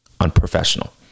unprofessional